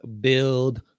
build